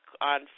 on